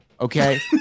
okay